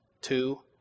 Two